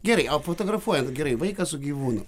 gerai o fotografuojant gerai vaiką su gyvūnu